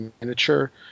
miniature